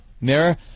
mirror